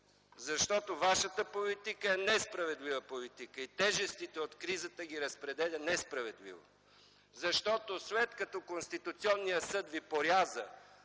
Защото вашата политика е несправедлива политика и тежестите от кризата ги разпределя несправедливо. Защото след като Конституционният съд ви поряза